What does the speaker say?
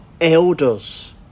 elders